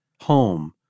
home